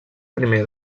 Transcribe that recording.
primer